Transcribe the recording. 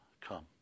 Come